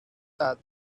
that